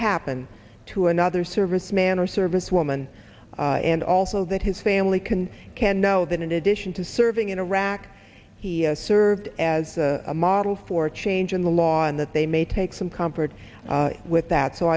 happen to another serviceman or servicewoman and also that his family can can know that in addition to serving in iraq he has served as a model for change in the law in that they may take some comfort with that so